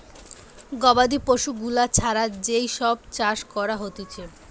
গবাদি পশু গুলা ছাড়া যেই সব চাষ করা হতিছে